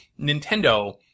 Nintendo